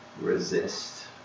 resist